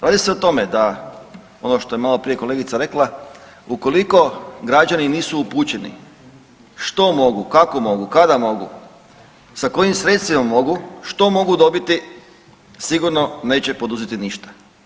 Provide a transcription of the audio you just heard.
Radi se o tome da ono što je malo prije kolegica rekla ukoliko građani nisu upućeni što mogu, kako mogu, kada mogu, sa kojim sredstvima mogu, što mogu dobiti sigurno neće poduzeti ništa.